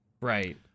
Right